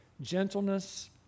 gentleness